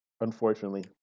Unfortunately